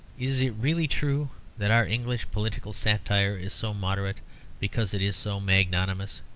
is it really true that our english political satire is so moderate because it is so magnanimous,